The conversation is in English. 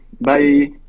bye